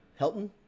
Helton